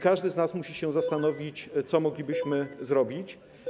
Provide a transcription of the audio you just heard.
Każdy z nas musi się zastanowić, co moglibyśmy zrobić.